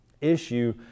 issue